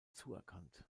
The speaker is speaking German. zuerkannt